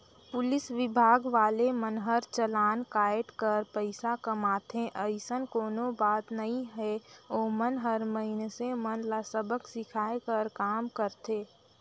police विभाग वाले मन हर चलान कायट कर पइसा कमाथे अइसन कोनो बात नइ हे ओमन हर मइनसे मन ल सबक सीखये कर काम करथे